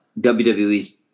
wwe's